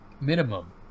minimum